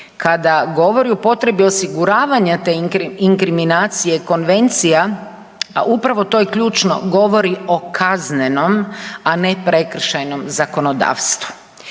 Kada govori o potrebi osiguravanja te inkriminacije konvencija, upravo to je ključno govori o kaznenom, a ne prekršajnom zakonodavstvu,